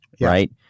right